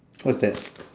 what is that